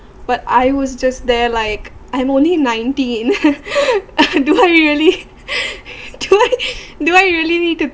but I was just there like I'm only nineteen do I really do I do I really need to